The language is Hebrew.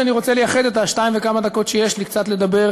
אני רוצה לייחד את שתיים-וכמה הדקות שיש לי קצת לדבר